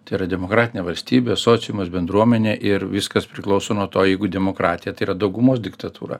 tai yra demokratinė valstybė sociumas bendruomenė ir viskas priklauso nuo to jeigu demokratija tai yra daugumos diktatūra